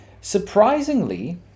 Surprisingly